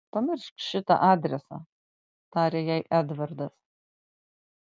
pamiršk šitą adresą tarė jai edvardas